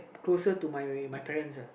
closer to my my parents uh